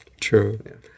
True